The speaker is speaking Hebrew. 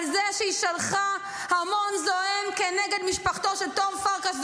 על זה שהיא שלחה המון זועם כנגד משפחתו של תום פרקש,